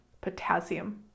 potassium